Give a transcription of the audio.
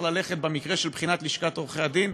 ללכת במקרה של בחינת לשכת עורכי הדין.